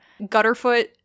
Gutterfoot